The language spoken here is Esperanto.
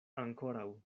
ankoraŭ